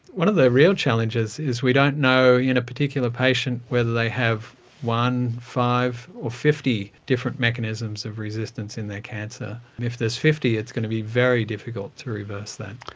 one of the real challenges is we don't know in a particular patient whether they have one, five or fifty different mechanisms of resistance in their cancer. if there's fifty, it's going to be very difficult to reverse that.